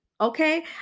okay